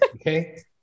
Okay